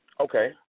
Okay